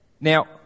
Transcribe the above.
Now